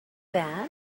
bad